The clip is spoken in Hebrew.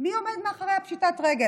מי עומד מאחורי פשיטת הרגל.